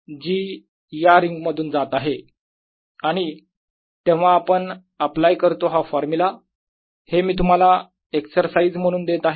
जी या रिंग मधून जात आहे आणि तेव्हा आपण अप्लाय करतो हा फॉर्म्युला हे मी तुम्हाला एक्झरसाइज म्हणून देत आहे